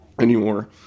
anymore